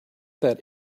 that